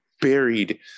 buried